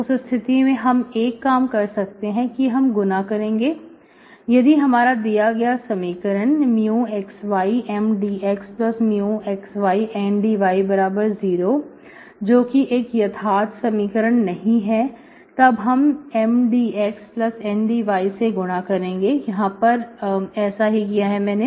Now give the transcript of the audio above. उस स्थिति में हम एक काम कर सकते हैं कि हम गुना करेंगे यदि हमारा दिया गया समीकरण μxy Mdxμxy N dy0 जो कि एक यथार्थ समीकरण नहीं है तब हम MdxN dy से गुना करेंगे यहां पर ऐसा ही किया है मैंने